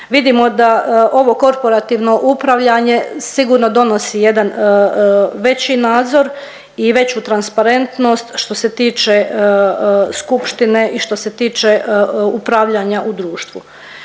Vidimo da ovo korporativno upravljanje sigurno donosi jedan veći nadzor i veću transparentnost što se tiče skupštine i što se tiče upravljanja u društvu.